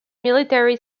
military